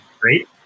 great